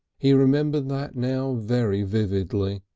he remembered that now very vividly,